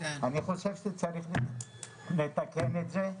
אני חושב שצריך לתקן את זה.